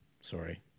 sorry